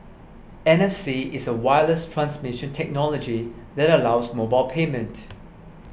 N F C is a wireless transmission technology that allows mobile payment